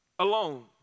alone